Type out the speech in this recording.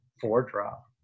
four-drop